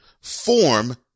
form